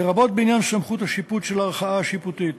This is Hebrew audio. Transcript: לרבות בעניין סמכות השיפוט של הערכאה השיפוטית.